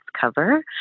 cover